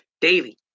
daily